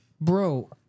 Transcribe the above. Bro